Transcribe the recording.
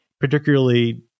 particularly